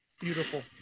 Beautiful